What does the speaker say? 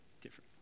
different